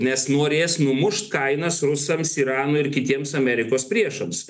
nes norės numušt kainas rusams iranui ir kitiems amerikos priešams